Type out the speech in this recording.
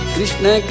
Krishna